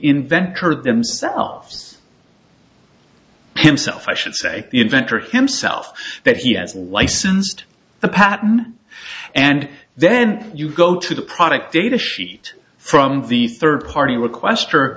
inventor themselves himself i should say the inventor himself that he has a licensed a patent and then you go to the product data sheet from the third party request